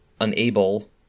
unable